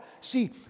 See